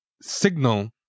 signal